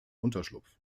unterschlupf